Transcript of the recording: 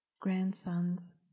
grandsons